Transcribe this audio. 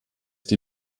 die